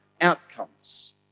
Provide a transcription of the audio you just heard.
outcomes